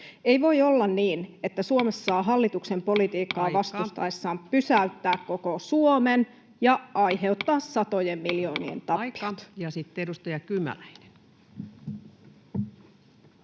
Ei voi olla niin, että Suomessa saa hallituksen politiikkaa vastustaessaan [Puhemies: Aika!] pysäyttää koko Suomen ja aiheuttaa satojen miljoonien tappiot. Ja sitten edustaja Kymäläinen.